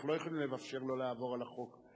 אנחנו לא יכולים לאפשר לו לעבור על החוק.